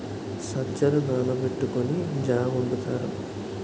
సజ్జలు నానబెట్టుకొని జా వొండుతారు